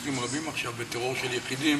במקרים רבים עכשיו, בטרור של יחידים,